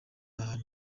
ahantu